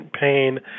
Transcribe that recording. pain